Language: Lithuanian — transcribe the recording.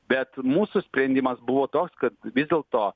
bet mūsų sprendimas buvo toks kad vis dėlto